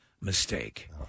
mistake